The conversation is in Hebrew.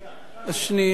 שנייה.